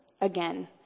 again